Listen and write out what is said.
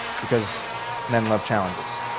because men love challenges.